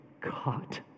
caught